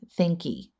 thinky